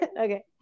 okay